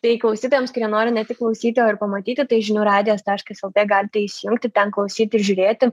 tai klausytojams kurie nori ne tik klausyti o ir pamatyti tai žinių radijas taškas lt galite įsijungti ten klausyti žiūrėti